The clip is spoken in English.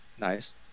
Nice